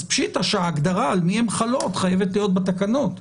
פשיטא שההגדרה על מי הן חלות חייבת להיות בתקנות.